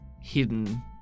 hidden